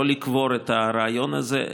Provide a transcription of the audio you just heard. לא לקבור את הרעיון הזה,